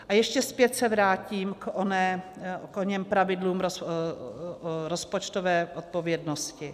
A ještě zpět se vrátím k oněm pravidlům o rozpočtové odpovědnosti.